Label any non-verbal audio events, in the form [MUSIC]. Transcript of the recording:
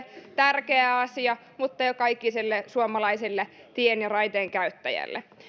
[UNINTELLIGIBLE] tärkeä asia elinkeinoelämälle mutta myös joka ikiselle suomalaiselle tien ja raiteen käyttäjälle